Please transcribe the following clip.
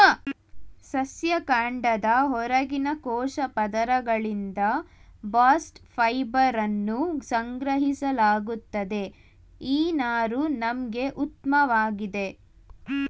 ಸಸ್ಯ ಕಾಂಡದ ಹೊರಗಿನ ಕೋಶ ಪದರಗಳಿಂದ ಬಾಸ್ಟ್ ಫೈಬರನ್ನು ಸಂಗ್ರಹಿಸಲಾಗುತ್ತದೆ ಈ ನಾರು ನಮ್ಗೆ ಉತ್ಮವಾಗಿದೆ